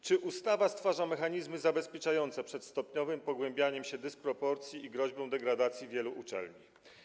Czy ustawa stwarza mechanizmy zabezpieczające przed stopniowym pogłębianiem się dysproporcji i groźbą degradacji wielu uczelni?